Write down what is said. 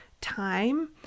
time